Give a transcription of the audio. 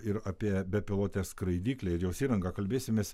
ir apie bepilotę skraidyklę ir jos įrangą kalbėsimės